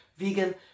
vegan